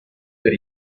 per